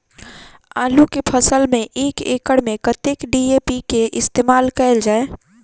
आलु केँ फसल मे एक एकड़ मे कतेक डी.ए.पी केँ इस्तेमाल कैल जाए?